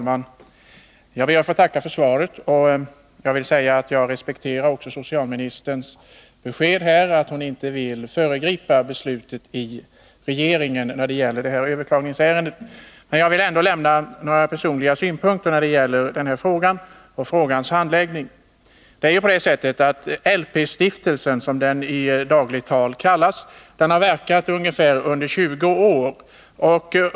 Herr talman! Jag ber att få tacka för svaret. Jag respekterar socialministerns besked att hon inte vill föregripa beslutet i regeringen när det gäller detta överklagningsärende. Men jag vill ändå lämna några personliga synpunkter på denna fråga och frågans handläggning. Lewi Pethrus stiftelse, eller LP-stiftelsen som den i dagligt tal kallas, har verkat i ungefär 20 år.